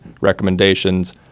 recommendations